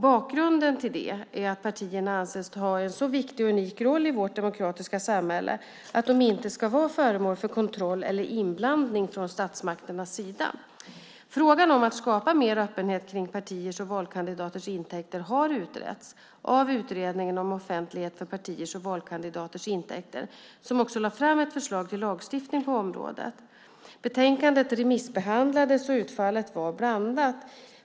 Bakgrunden till det är att partierna anses ha en så viktig och unik roll i vårt demokratiska samhälle att de inte ska vara föremål för kontroll eller inblandning från statsmakternas sida. Frågan om att skapa mer öppenhet kring partiers och valkandidaters intäkter har utretts av Utredningen om offentlighet för partiers och valkandidaters intäkter, som också lade fram ett förslag till lagstiftning på området . Betänkandet remissbehandlades, och utfallet var blandat.